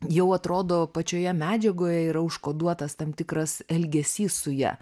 jau atrodo pačioje medžiagoje yra užkoduotas tam tikras elgesys su ja